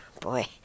boy